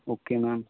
okay ma'am